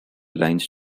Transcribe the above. lines